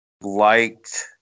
liked